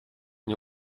nie